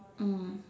mm